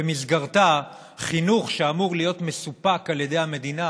שבמסגרתה בחינוך שאמור להיות מסופק על ידי המדינה